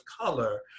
color